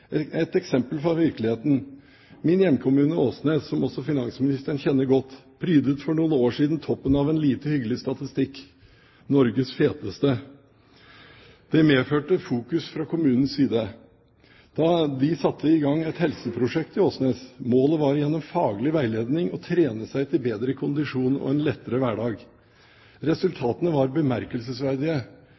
Et eksempel fra virkeligheten: Min hjemkommune, Åsnes, som også finansministeren kjenner godt, prydet for noen år siden toppen av en lite hyggelig statistikk, Norges feteste. Det medførte oppmerksomhet fra kommunens side. De satte i gang et helseprosjekt i Åsnes. Målet var gjennom faglig veiledning å trene seg til bedre kondisjon og en lettere hverdag. Resultatene var bemerkelsesverdige.